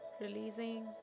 Releasing